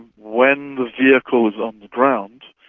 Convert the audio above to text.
when the vehicle is on the ground,